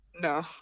No